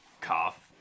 Cough